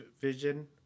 vision